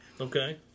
Okay